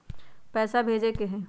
पैसा भेजे के हाइ?